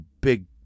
big